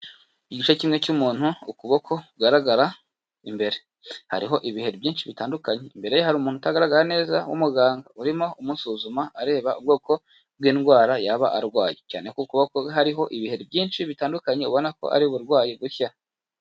Igice kimwe cy'umuntu, ukuboko kugaragara imbere, hariho ibiheri byinshi bitandukanye, imbere ye hari umuntu utagaragara neza w'umuganga urimo umusuzuma areba ubwoko bw'indwara yaba arwaye, cyane ko ukuboko hariho ibiheri byinshi bitandukanye ubona ko ari uburwayi bushya.